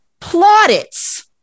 plaudits